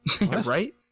Right